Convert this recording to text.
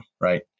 right